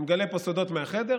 אני מגלה פה סודות מהחדר.